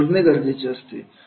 ते शोधणे गरजेचे असते